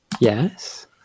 Yes